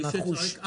מי שצועק "איי".